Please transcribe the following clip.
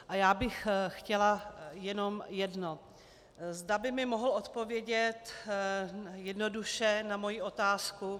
A já bych chtěla jenom jedno, zda by mi mohl odpovědět jednoduše na moji otázku.